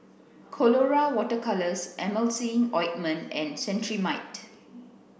Colora water colours Emulsying Ointment and Cetrimide